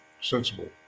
sensible